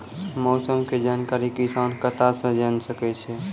मौसम के जानकारी किसान कता सं जेन सके छै?